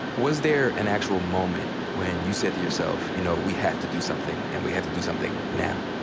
was there an actual moment when you said to yourself, you know, we have to do something and we have to do something now?